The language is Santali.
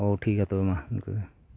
ᱚᱻ ᱴᱷᱤᱠ ᱜᱮᱭᱟ ᱛᱚᱵᱮ ᱢᱟ ᱤᱱᱠᱟᱹ ᱜᱮ